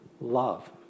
love